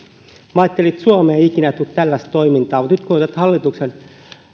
että suomeen ei ikinä tule tällaista toimintaa mutta nyt kun on tätä hallituksen